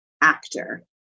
actor